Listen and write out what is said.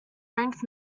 ranked